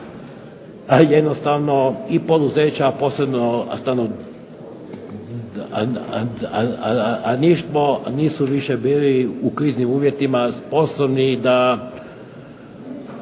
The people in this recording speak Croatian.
a jednostavno i poduzeća a posebno stanovništvo nisu više bili u kriznim uvjetima sposobni da